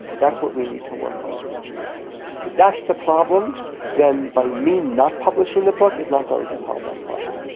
that's what we need to work on, if that's the problem then by me not publishing the book, is not going to solve that problem.